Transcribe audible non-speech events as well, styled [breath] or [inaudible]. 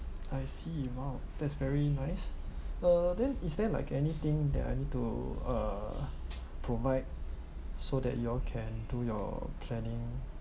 I see !wow! that's very nice [breath] uh then is there like anything that I need to uh provide so that you all can do your planning